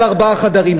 של ארבעה חדרים.